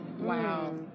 Wow